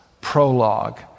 prologue